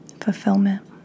fulfillment